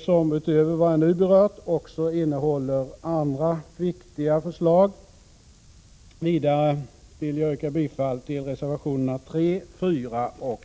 som utöver vad jag nu berört också innehåller andra viktiga förslag. Vidare vill jag yrka bifall till reservationerna 3, 4 och 10.